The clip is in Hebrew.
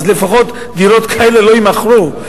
אז לפחות דירות כאלה לא יימכרו.